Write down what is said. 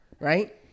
right